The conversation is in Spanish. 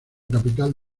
capital